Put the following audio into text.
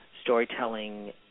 storytelling